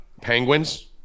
Penguins